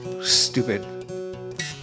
Stupid